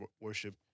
worship